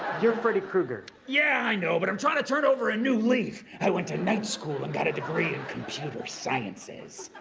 are freddie krueger. yeah i know, but i'm trying to turn over a new leaf, i went to night school and got a degree in computer sciences.